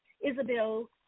Isabel